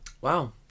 Wow